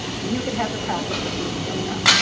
you could have the practice of doing yoga.